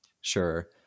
Sure